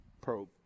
Probe